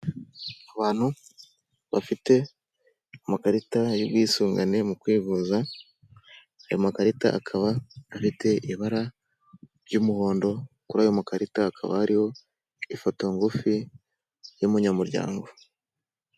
Abantu bafite amakarita y'ubwisungane mu kwivuza, ayo makarita akaba afite ibara ry'umuhondo kuri ayo makarita hakaba hariho, ifoto ngufi y'umunyamuryango.